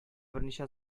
берничә